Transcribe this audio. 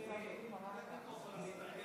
תביא לי מיקרופון, אני אתרגם סימולטנית.